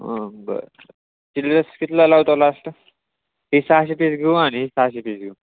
हां बरं चिल्ड्रंस कितीला लावतो लास्ट ते सहाशे पीस घेऊ आम्ही सहाशे पीस घेऊ